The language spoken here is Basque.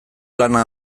lana